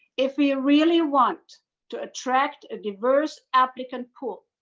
if we ah really want to attract a diverse applicant pool,